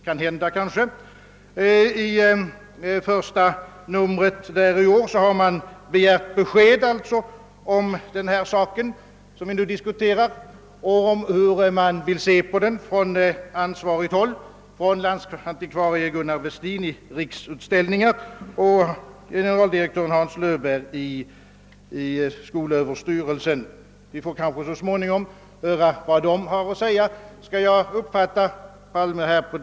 I det första numret i år har man där begärt besked om hur landsantikvarie Gunnar Westin i Riksutställningar och generaldirektör Hans Löwbeer i skolöverstyrelsen ser på den fråga vi nu diskuterar. Vi kanske så småningom får veta vad de svarar.